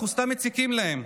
אנחנו סתם מציקים להם.